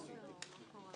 על סדר-היום: